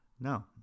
No